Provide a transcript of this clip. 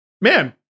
man